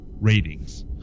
ratings